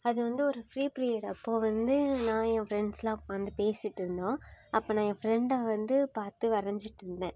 அது வந்து ஒரு ஃபிரீ பீரியட் அப்போது வந்து நான் என் ஃபிரெண்ட்ஸ்லாம் உட்காந்து பேசிட்டு இருந்தோம் அப்போது நான் என் ஃபிரெண்டை வந்து பார்த்து வரைஞ்சிட்டு இருந்தேன்